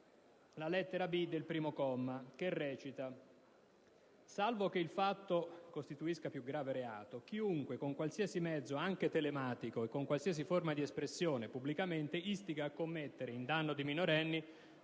di pedofilia e di pedopornografia)*. - Salvo che il fatto costituisca più grave reato, chiunque, con qualsiasi mezzo, anche telematico, e con qualsiasi forma di espressione, pubblicamente istiga a commettere, in danno di minorenni,